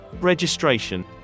Registration